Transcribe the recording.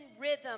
rhythm